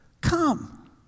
Come